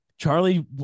Charlie